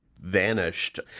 vanished